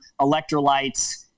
electrolytes